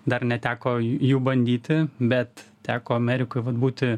dar neteko jų bandyti bet teko amerikoj būti